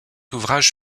ouvrage